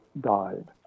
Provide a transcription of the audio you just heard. died